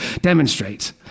demonstrate